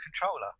controller